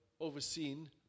overseen